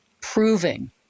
proving